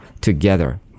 together